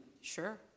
Sure